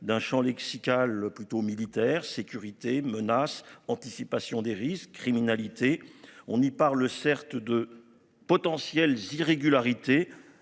d'un Champ lexical plutôt militaire sécurité menace anticipation des risques criminalité. On y parle certes de potentielles irrégularités